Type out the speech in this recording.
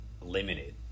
limited